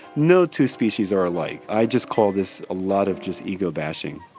no two species are alike. i just call this a lot of just ego bashing.